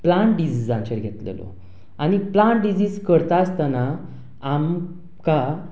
plant डिजीसांचेर घेतिल्लो आनी प्लांट डिजीस करता आसतना आमकां